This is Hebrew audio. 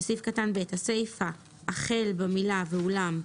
בסעיף קטן (ב), הסיפה החל במילה "ואולם"